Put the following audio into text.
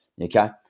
okay